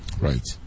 Right